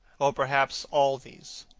or, perhaps, all these?